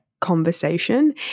Conversation